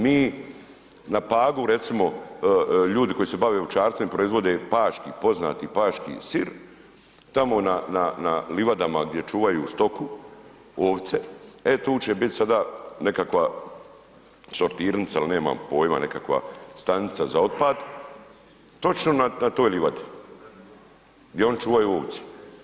Mi na Pagu, recimo, ljudi koji se bave ovčarstvom i proizvode paški, poznati paški sir, tamo na livadama gdje čuvaju stoku, ovce, e tu će biti sada nekakva sortirnica ili nemam pojma, nekakva stanica za otpad, točno na toj livadi gdje oni čuvaju ovce.